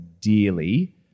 dearly